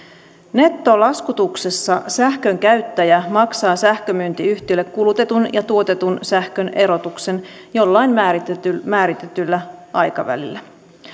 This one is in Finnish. nettolaskutuksessa sähkön käyttäjä maksaa sähkömyyntiyhtiölle kulutetun ja tuotetun sähkön erotuksen jollain määritetyllä määritetyllä aikavälillä